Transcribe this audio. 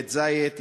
בית-זית,